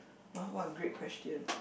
what what a great question